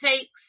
takes